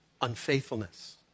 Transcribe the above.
unfaithfulness